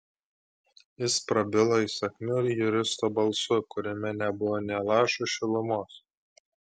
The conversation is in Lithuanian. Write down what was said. jis prabilo įsakmiu juristo balsu kuriame nebuvo nė lašo šilumos